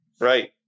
Right